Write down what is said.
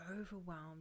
overwhelmed